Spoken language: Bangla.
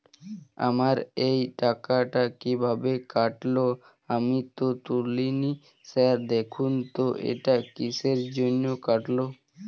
আমার এই টাকাটা কীভাবে কাটল আমি তো তুলিনি স্যার দেখুন তো এটা কিসের জন্য কাটল?